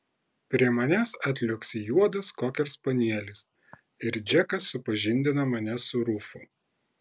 prie manęs atliuoksi juodas kokerspanielis ir džekas supažindina mane su rufu